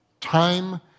time